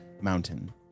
mountain